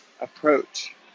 approach